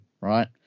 Right